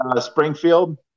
springfield